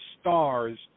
stars